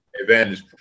advantage